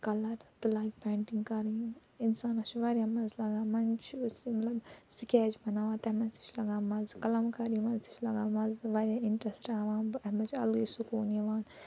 colour تہٕ لاگہِ painting کَرٕنۍ اِنسانَس چھِ واریاہ مَزٕ لگان مَنٛزٕ چھِ سُہ مَطلَب سِکٮ۪چ بناوان تَمہِ مَنٛز تہِ چھِ لگان مَزٕ قلم کاری مَنٛز تہِ چھِ لَگان مَزٕ واریاہ اِنٹرٛسٹ ہاوان بہٕ اَتھ مَنٛز چھِ الگٕے سُکون یِوان